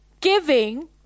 giving